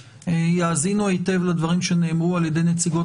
תאזינו היטב לדברים שנאמרו על ידי נציגות